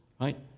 right